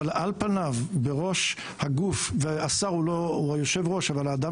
אבל על פניו והשר הוא היושב-ראש אבל האדם